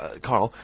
ah karl.